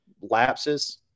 lapses